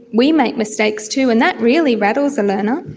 we make mistakes too, and that really rattles a learner.